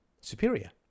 superior